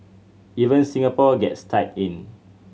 even Singapore gets tied in